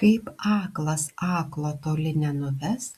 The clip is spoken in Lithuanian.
kaip aklas aklo toli nenuves